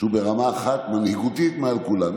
שהוא ברמה אחת מנהיגותית מעל כולם,